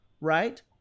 right